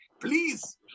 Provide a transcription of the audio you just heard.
please